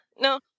No